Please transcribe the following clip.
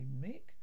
Nick